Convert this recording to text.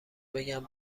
بگم